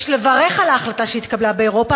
יש לברך על ההחלטה שהתקבלה באירופה,